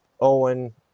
Owen